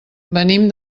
venim